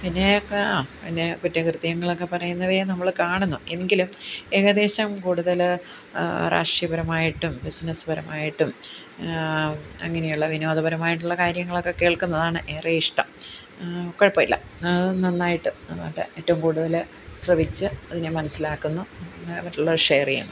പിന്നെ ഒക്കെ ആ പിന്നെ കുറ്റകൃത്യങ്ങളൊക്കെ പറയുന്നവയെ നമ്മൾ കാണുന്നു എങ്കിലും ഏകദേശം കൂടുതൽ രാഷ്ട്രീയപരമായിട്ടും ബിസിനസ് പരമായിട്ടും അങ്ങനെയുള്ള വിനോദപരമായിട്ടുള്ള കാര്യങ്ങളൊക്കെ കേൾക്കുന്നതാണ് ഏറെ ഇഷ്ടം കുഴപ്പം ഇല്ല നന്നായിട്ട് നന്നായിട്ട് ഏറ്റവും കൂടുതൽ ശ്രവിച്ച് അതിനെ മനസ്സിലാക്കുന്നു പിന്നെ മറ്റുള്ളവരോട് ഷെയർ ചെയ്യുന്നു